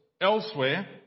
elsewhere